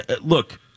Look